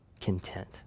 content